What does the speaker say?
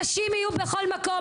נשים יהיו בכל מקום,